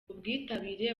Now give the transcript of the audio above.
ubwitabire